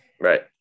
Right